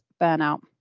burnout